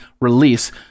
release